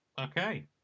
Okay